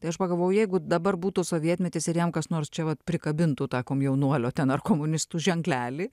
tai aš pagalvojau jeigu dabar būtų sovietmetis ir jam kas nors čia vat prikabintų tą komjaunuolio ten ar komunistų ženklelį